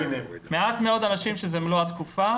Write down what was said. יש מעט מאוד אנשים שזה מלוא התקופה.